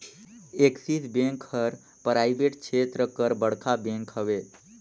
axis bank हर private छेत्र कर बड़खा बेंक हवे